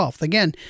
Again